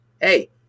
hey